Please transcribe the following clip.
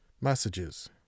messages